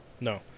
No